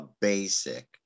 basic